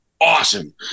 awesome